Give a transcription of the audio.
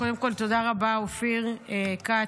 קודם כול, תודה רבה, אופיר כץ,